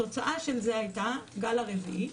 התוצאה של זה הייתה הגל הרביעי.